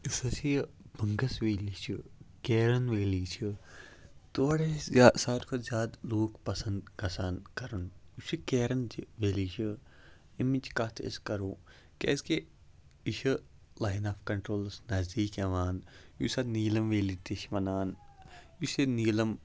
یُس ہسا یہِ بنٛگَس ویلی چھِ کیرَن ویلی چھِ تور ٲسۍ یا ساروی کھۄتہٕ زیادٕ لوٗکھ پَسنٛد گژھان کَرُن یُس یہِ کیرَن چھِ ویلی چھِ اَمِچ کَتھ أسۍ کَرو کیٛازکہِ یہِ چھِ لایِن آف کَنٹرٛولَس نَزدیٖک یِوان یُس اَتھ نیٖلم ویلی تہِ چھِ وَنان یُس یہِ نیٖلم